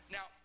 Now